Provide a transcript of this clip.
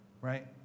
Right